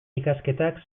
ikasketak